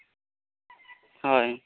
ᱦᱳᱭ